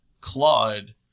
Claude